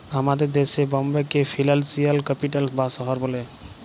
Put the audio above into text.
আমাদের দ্যাশে বম্বেকে ফিলালসিয়াল ক্যাপিটাল বা শহর ব্যলে